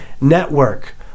network